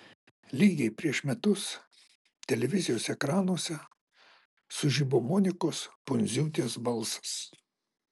lygiai prieš metus televizijos ekranuose sužibo monikos pundziūtės balsas